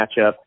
matchup